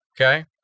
Okay